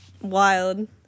Wild